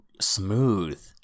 smooth